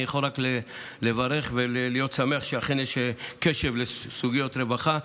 אני יכול רק לברך ולהיות שמח שאכן יש קשב לסוגיות רווחה.